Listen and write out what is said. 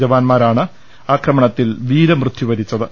ജവാന്മാരാണ് അക്രമത്തിൽ വീര മൃത്യു വരിച്ചത്